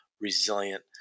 resilient